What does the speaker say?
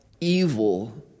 evil